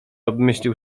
obmyślił